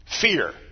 fear